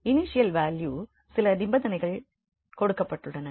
initial value என்றால் சில நிபந்தனைகள் கொடுக்கப்பட்டுள்ளன